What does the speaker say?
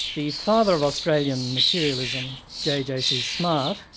the father of australian materialism, j. j. c. smart,